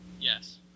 Yes